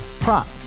Prop